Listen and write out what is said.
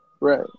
Right